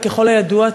ככל הידוע,